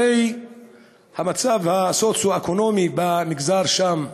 הרי המצב הסוציו-אקונומי במגזר שם קשה,